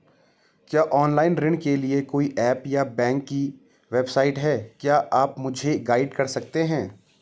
क्या ऑनलाइन ऋण के लिए कोई ऐप या बैंक की वेबसाइट है क्या आप मुझे गाइड कर सकते हैं?